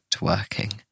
working